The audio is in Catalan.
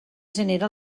genera